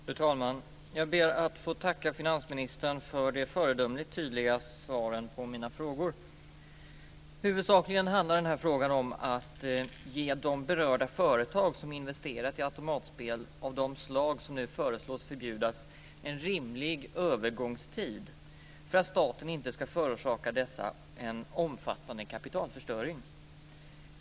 Fru talman! Jag ber att få tacka finansministern för de föredömligt tydliga svaren på mina frågor. Huvudsakligen handlar denna fråga om att ge de berörda företag som investerat i automatspel av de slag som nu föreslås förbjudas en rimlig övergångstid för att staten inte ska förorsaka företagen en omfattande kapitalförstöring.